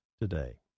today